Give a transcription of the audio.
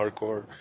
hardcore